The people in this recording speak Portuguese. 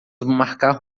marcar